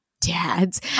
dads